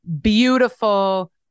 beautiful